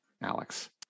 Alex